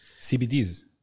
cbds